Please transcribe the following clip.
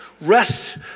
Rest